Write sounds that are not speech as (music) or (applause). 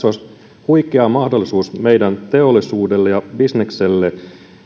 (unintelligible) olisi huikea mahdollisuus meidän teollisuudelle ja bisnekselle